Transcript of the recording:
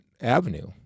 avenue